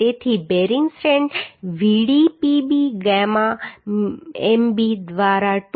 તેથી bearing strength Vdpb gamma mb દ્વારા 2